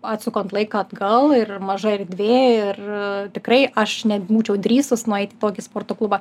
atsukant laiką atgal ir maža erdvė ir tikrai aš nebūčiau drįsus nueit į tokį sporto klubą